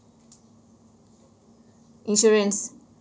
insurance